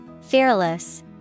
Fearless